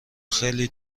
خیلی